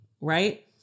Right